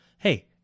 Hey